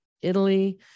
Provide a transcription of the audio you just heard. Italy